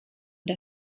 der